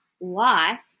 life